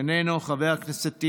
חבר הכנסת רון כץ,